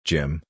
Jim